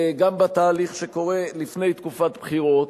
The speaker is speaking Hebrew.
גם בתהליך שקורה לפני תקופת בחירות.